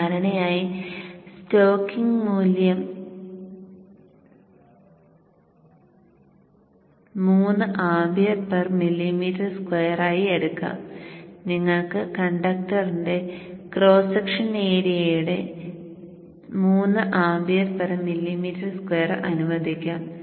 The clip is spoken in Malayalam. സാധാരണയായി സ്റ്റോക്കിംഗ് മൂല്യം 3Amm2 ആയി എടുക്കാം നിങ്ങൾക്ക് കണ്ടക്ടറിന്റെ ക്രോസ് സെക്ഷൻ ഏരിയയുടെ 3Amm2 അനുവദിക്കാം